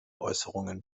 äußerungen